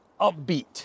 Upbeat